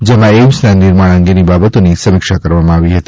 જેમાં એઇમ્સના નિર્માણ અંગેની બાબતોની સમીક્ષા કરવામાં આવી હતી